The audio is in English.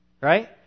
Right